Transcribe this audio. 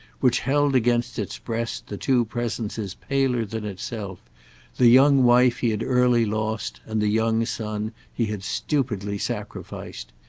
which held against its breast the two presences paler than itself the young wife he had early lost and the young son he had stupidly sacrificed.